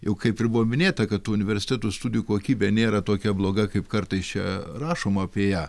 jau kaip ir buvo minėta kad universitetų studijų kokybė nėra tokia bloga kaip kartais čia rašoma apie ją